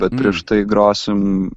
bet prieš tai grosim